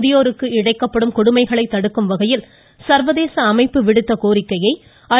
முதியோருக்கு இழைக்கப்படும் கொடுமைகளை தடுக்கும் வகையில் சர்வதேச அமைப்பு விடுத்த கோரிக்கையை ஐ